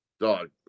Dog